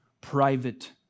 private